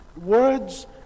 words